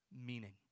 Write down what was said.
meaning